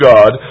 God